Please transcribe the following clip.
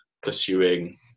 pursuing